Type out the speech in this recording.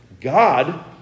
God